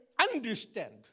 understand